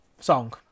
song